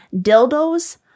dildos